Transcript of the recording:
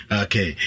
okay